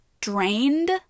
drained